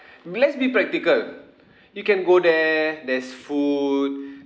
let's be practical you can go there there's food